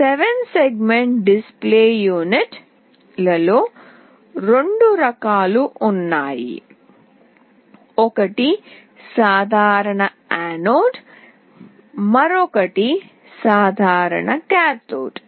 7 segment display unit లలో రెండు రకాలు ఉన్నాయి ఒకటి సాధారణ యానోడ్ మరొకటి సాధారణ కాథోడ్